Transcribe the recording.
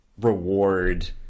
reward